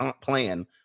plan